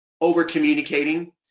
over-communicating